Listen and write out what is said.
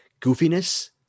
goofiness